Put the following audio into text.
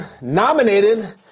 Nominated